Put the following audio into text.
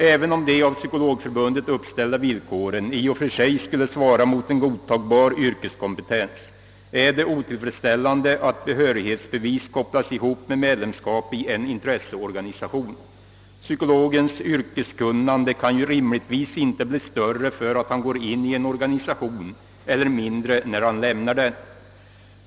Även om de av Psykologförbundet uppställda villkoren i och för sig skulle svara mot en godtagbar yrkeskompetens är det otillfredsställande att behörighetsbevis kopplas ihop med medlemskap i en intresseorganisation. Psykologens yrkeskunnande kan ju rimligtvis inte bli större därför att han går in i en organisation eller mindre, därför att han lämnar den.